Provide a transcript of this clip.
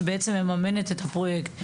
שבעצם ממנת את הפרויקט.